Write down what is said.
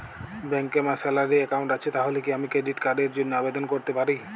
ব্যাংকে আমার salary account আছে তাহলে কি আমি ক্রেডিট কার্ড র জন্য আবেদন করতে পারি?